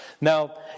Now